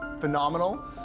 phenomenal